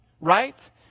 right